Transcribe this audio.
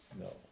No